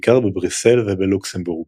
בעיקר בבריסל ובלוקסמבורג.